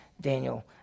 Daniel